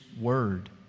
Word